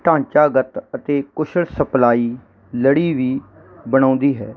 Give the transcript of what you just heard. ਢਾਂਚਾਗਤ ਅਤੇ ਕੁਸ਼ਲ ਸਪਲਾਈ ਲੜੀ ਵੀ ਬਣਾਉਂਦੀ ਹੈ